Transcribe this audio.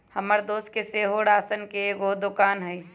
हमर दोस के सेहो राशन के एगो दोकान हइ